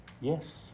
Yes